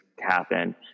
happen